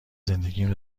زندگیم